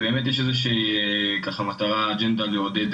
באמת יש איזו שהיא מטרה או אג'נדה לעודד